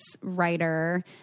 writer